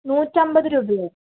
നൂറ്റമ്പത് രൂപയോ